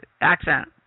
accent